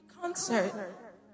concert